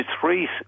three